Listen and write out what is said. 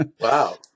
Wow